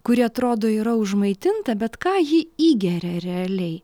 kuri atrodo yra užmaitinta bet ką ji įgeria realiai